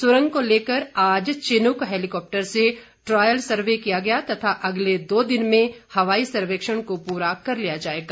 सुरंग को लेकर आज चिनुक हैलीकॉप्टर से ट्रायल सर्वे किया गया तथा अगले दो दिन में हवाई सर्वेक्षण को पूरा कर लिया जाएगा